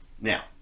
now